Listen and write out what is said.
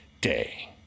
day